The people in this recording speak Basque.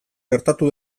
gertatu